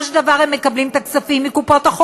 של דבר הם מקבלים את הכספים מקופות-החולים,